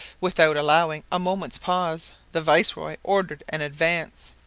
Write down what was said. without allowing a moment's pause, the viceroy ordered an advance.